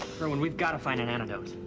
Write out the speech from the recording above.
irwin, we've got to find an antidote.